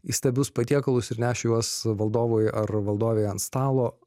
įstabius patiekalus ir nešė juos valdovui ar valdovei ant stalo